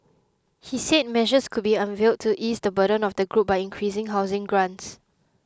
he said measures could be unveiled to ease the burden of this group by increasing housing grants